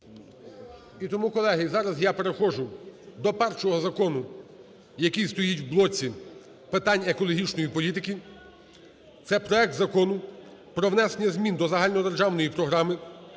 І тому, колеги, зараз я переходжу до першого закону, який стоїть в блоці питань екологічної політики, це проект Закону про внесення змін до Загальнодержавної програми